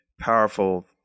powerful